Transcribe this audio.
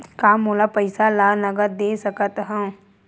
का मोला पईसा ला नगद दे सकत हव?